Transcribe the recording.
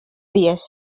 dies